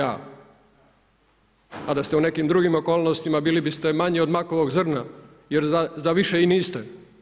A da ste u nekim drugim okolnostima bili biste manji od makovog zrna jer za više i niste.